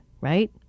right